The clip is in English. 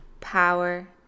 power